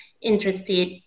interested